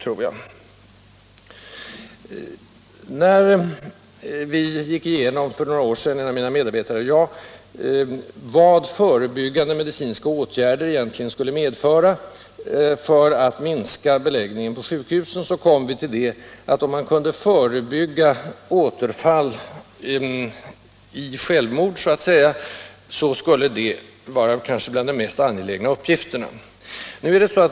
När en av mina medarbetare och jag för några år sedan gick igenom vad förebyggande medicinska åtgärder skulle kunna betyda för att minska beläggningen på sjukhusen kom vi till det resultatet att en av de mest angelägna uppgifterna vore att försöka förebygga återfall i självmord, om jag får uttrycka det så.